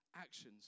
actions